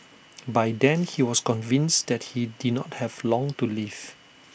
by then he was convinced that he did not have long to live